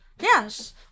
Yes